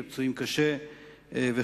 לפצועים קשה וכדומה.